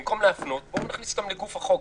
במקום להפנות, בואו נכניס אותן לגוף החוק.